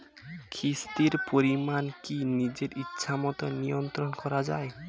কিস্তির পরিমাণ কি নিজের ইচ্ছামত নিয়ন্ত্রণ করা যায়?